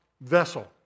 vessel